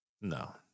No